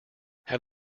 have